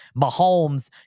Mahomes